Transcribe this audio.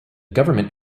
government